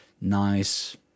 nice